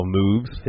moves